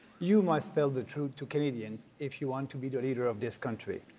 you must tell the truth to canadians if you want to be the leader of this country.